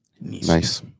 Nice